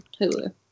Hulu